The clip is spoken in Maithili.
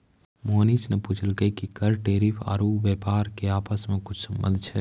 मोहनीश ने पूछलकै कि कर टैरिफ आरू व्यापार के आपस मे की संबंध छै